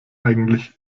eigentlich